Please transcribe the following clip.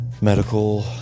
medical